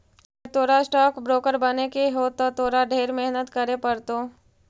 अगर तोरा stock broker बने के हो त तोरा ढेर मेहनत करे पड़तो